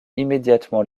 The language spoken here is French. immédiatement